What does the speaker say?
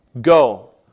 Go